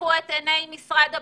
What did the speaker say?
תפקחו את עיני משרד הבריאות,